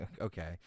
okay